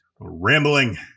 Rambling